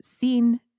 seen